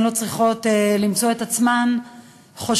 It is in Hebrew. הן לא צריכות למצוא את עצמן חוששות